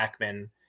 ackman